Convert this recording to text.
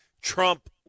trump